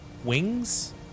wings